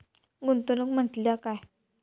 गुंतवणूक म्हटल्या काय?